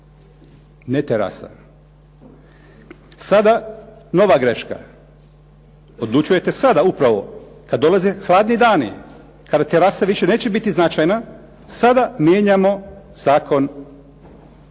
ne terasa. Sada nova greška, odlučujete sada upravo kada dolaze hladni dani, kada terasa više neće biti značajna, sada mijenjamo zakon